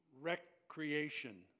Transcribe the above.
recreation